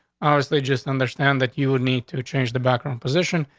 ours, they just understand that you would need to change the background position,